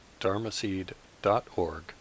dharmaseed.org